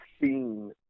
seen